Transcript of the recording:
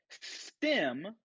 stem